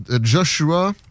Joshua